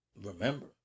remember